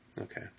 Okay